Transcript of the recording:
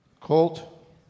Colt